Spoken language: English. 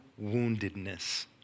woundedness